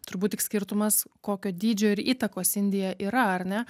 turbūt tik skirtumas kokio dydžio ir įtakos indija yra ar ne